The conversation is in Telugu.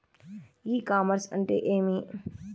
ఇ కామర్స్ అంటే ఏమి?